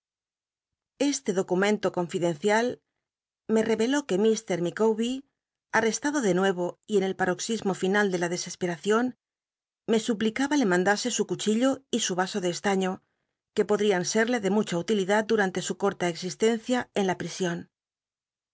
este documento confidencial me reveló que mr micawber arrestado de nuevo y en el paroxism o final de la clescspcraciot me suplicaba le mandase su cuchillo y su vaso de eslaiío que podrían ser la de mucha utilidad durante su corta existencia en la prision